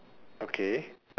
okay